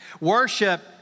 Worship